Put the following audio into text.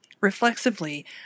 Reflexively